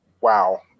wow